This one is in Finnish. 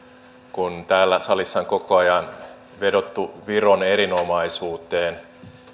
kun täällä salissa on koko ajan vedottu viron erinomaisuuteen